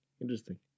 Interesting